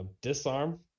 Disarm